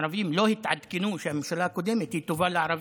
הערבים לא התעדכנו שהממשלה הקודמת היא טובה לערבים,